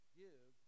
give